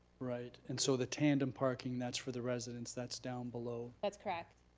right, and so the tandem parking, that's for the residents, that's down below. that's correct.